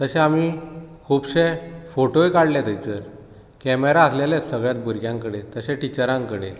तशे आमी खुबशे फोटोय काडले थंयसर कॅमेरा आसलेलेच सगळेच भुरग्यां कडेन तशे टीचरां कडेन